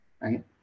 right